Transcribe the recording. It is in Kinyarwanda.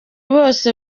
bose